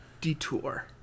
detour